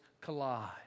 collide